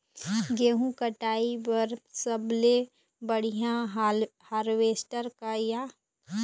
गेहूं कटाई बर सबले बढ़िया हारवेस्टर का ये?